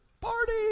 Party